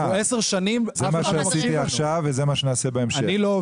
עשר שנים אף אחד לא מקשיב לנו.